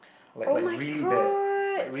[oh]-my-god